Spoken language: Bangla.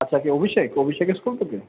আচ্ছা আপনি অভিষেক অভিষেকের স্কুল থেকে